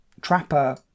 Trapper